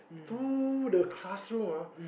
to the classroom ah